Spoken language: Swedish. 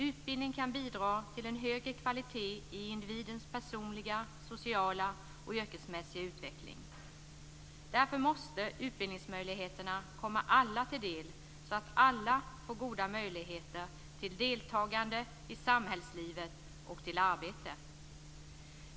Utbildning kan bidra till en högre kvalitet i individens personliga, sociala och yrkesmässiga utveckling. Därför måste utbildningsmöjligheterna komma alla till del, så att alla får goda möjligheter till deltagande i samhällslivet och till arbete.